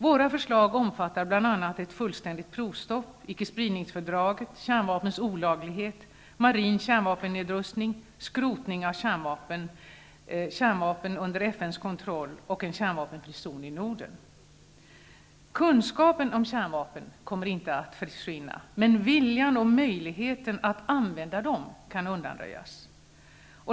Våra förslag omfattar bl.a. ett fullständigt provstopp, icke-spridningsfördraget, kärnvapnens olaglighet, marin kärnvapennedrustning, skrotning av kärnvapen under FN:s kontroll och en kärnvapenfri zon i Norden. Kunskapen om kärnvapen kommer inte att försvinna, men viljan och möjligheten att använda dem kan undanröjas.